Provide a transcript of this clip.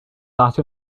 that